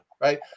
right